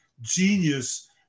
genius